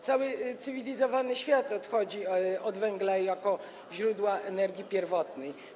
Cały cywilizowany świat odchodzi od węgla jako źródła energii pierwotnej.